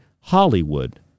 Hollywood